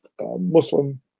Muslim